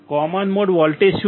common mode voltage શું છે